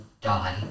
die